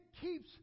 keeps